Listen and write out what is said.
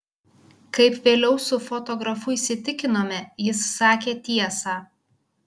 kaip vėliau su fotografu įsitikinome jis sakė tiesą